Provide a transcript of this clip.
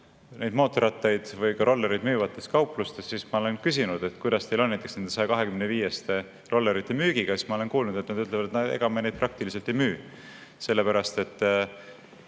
mõnes mootorrattaid ja ka rollereid müüvates kauplustes ja küsinud, kuidas teil on näiteks nende 125cc rollerite müügiga, siis ma olen kuulnud, et nad ütlevad, et ega me neid praktiliselt ei müü, sellepärast et